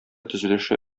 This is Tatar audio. төзелеше